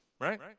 Right